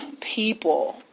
people